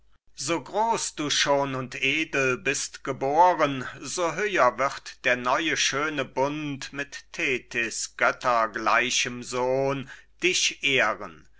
so groß du schon und edel bist geboren so höher wird der neue schöne bund mit thetis göttergleichem sohn dich ehren